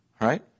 Right